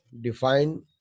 define